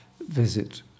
Visit